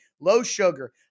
low-sugar